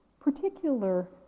particular